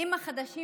מהרופאים החדשים